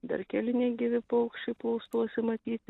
dar keli negyvi paukščiai plūstuosi matyt